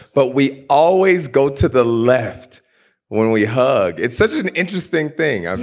but we always go to the left when we hug it's such an interesting thing. i mean,